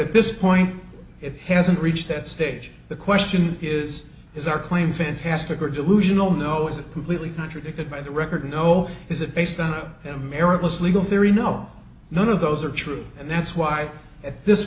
at this point it hasn't reached that stage the question is is our claim fantastic or delusional no is it completely contradicted by the record no is it based on america's legal theory no none of those are true and that's why at this